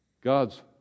God's